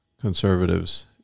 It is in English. conservatives